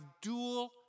dual